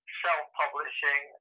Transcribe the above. self-publishing